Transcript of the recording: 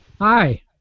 Hi